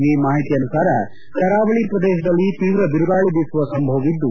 ಈ ಮಾಹಿತಿ ಅನುಸಾರ ಕರಾವಳಿ ಪ್ರದೇಶದಲ್ಲಿ ತೀವ್ರ ಬಿರುಗಾಳಿ ಬೀಸುವ ಸಂಭವವಿದ್ದು